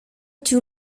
too